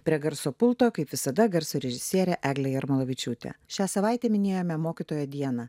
prie garso pulto kaip visada garso režisierė eglė jarmolavičiūtė šią savaitę minėjome mokytojo dieną